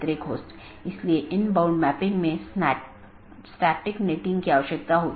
तो इस तरह से मैनाजैबिलिटी बहुत हो सकती है या स्केलेबिलिटी सुगम हो जाती है